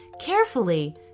Carefully